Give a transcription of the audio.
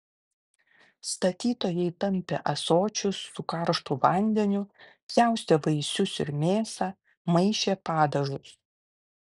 statytojai tampė ąsočius su karštu vandeniu pjaustė vaisius ir mėsą maišė padažus